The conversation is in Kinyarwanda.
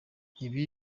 ibi